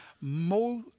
more